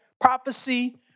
Prophecy